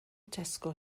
tesco